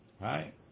right